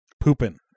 Pooping